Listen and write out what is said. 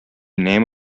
name